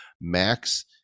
Max